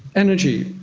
energy,